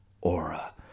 aura